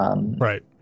right